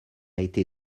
été